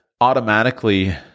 automatically